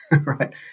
right